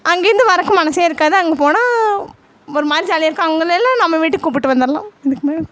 அங்கேருந்து வர்றக்கு மனசே இருக்காது அங்கே போனால் ஒரு மாதிரி ஜாலியாக இருக்கும் அவங்களயெல்லாம் நம்ம வீட்டுக்கு கூப்பிட்டு வந்தரலாம் இதுக்கு மேலே